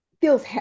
feels